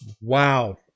Wow